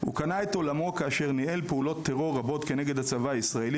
הוא קנה את עולמו כאשר ניהל פעולות טרור רבות כנגד הצבא הישראלי